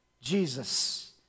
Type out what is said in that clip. Jesus